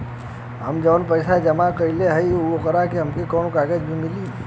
हम जवन पैसा जमा कइले हई त ओकर हमके कौनो कागज भी मिली?